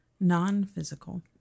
Non-physical